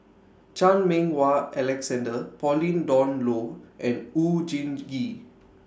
Chan Meng Wah Alexander Pauline Dawn Loh and Oon Jin Gee